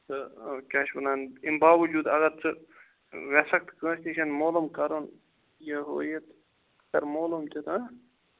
کیاہ چھِ وَنان امہ باوٚوجوٗد اگر ژٕ یژھَکھ تہ کٲنٛسہِ نِش مولوٗم کَرُن یہِ ہوٗ یہِ تہٕ کر مولوٗم تہِ تہٕ ہہَ